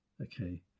Okay